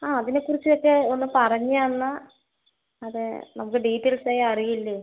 ആ അതിനെ കുറിച്ച് ഒക്കെ ഒന്ന് പറഞ്ഞ് തന്നാൽ അതെ നമുക്ക് ഡീറ്റെയിൽസ് ആയി അറിയില്ലേ